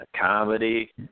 comedy